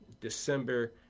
December